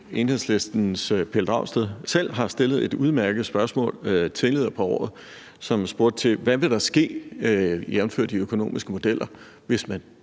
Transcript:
Enhedslistens Pelle Dragsted selv har stillet et udmærket spørgsmål tidligere på året, som gik på, hvad der ville ske, jævnfør de økonomiske modeller, hvis man